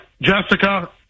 Jessica